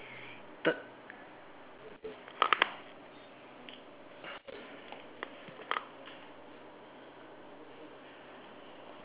third